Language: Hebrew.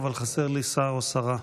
אבל חסרים לי שר או שרה.